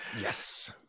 Yes